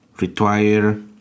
retire